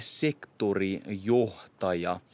sektorijohtaja